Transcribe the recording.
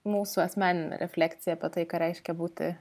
mūsų asmeninė refleksija apie tai ką reiškia būti